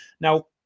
Now